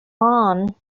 lawn